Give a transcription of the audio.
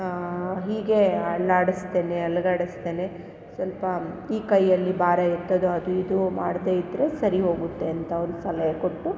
ಹೀಗೆ ನಾಡ್ಸ್ದೆನೆ ಅಲುಗಾಡಿಸ್ದೆನೆ ಸ್ವಲ್ಪ ಈ ಕೈಯ್ಯಲ್ಲಿ ಭಾರ ಎತ್ತೋದು ಆಗಲಿ ಇದೂ ಮಾಡದೆ ಇದ್ದರೆ ಸರಿ ಹೋಗುತ್ತೆ ಅಂತ ಅವ್ರು ಸಲಹೆ ಕೊಟ್ಟು